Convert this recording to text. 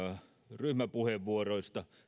ryhmäpuheenvuoroista